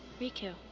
Riku